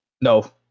No